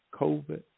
COVID